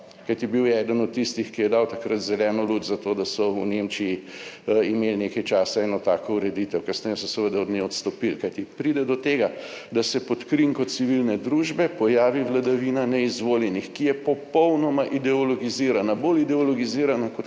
Kajti, bil je eden od tistih, ki je dal takrat zeleno luč za to, da so v Nemčiji imeli nekaj časa eno tako ureditev, kasneje so seveda od nje odstopili. Kajti, pride do tega, da se pod krinko civilne družbe pojavi vladavina neizvoljenih, ki je popolnoma ideologizirana. Bolj ideologizirana kot